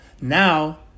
Now